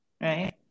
right